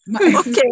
Okay